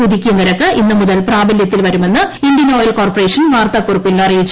പുതുക്കിയ നിരക്ക് ഇന്നു മുതൽ പ്രാബലൃത്തിൽ വരുമെന്ന് ഇന്ത്യൻ ഓയിൽ കോർപ്പറേഷൻ വാർത്താക്കുറിപ്പിൽ അറിയിച്ചു